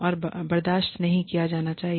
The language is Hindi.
और बर्दाश्त नहीं किया जाना चाहिए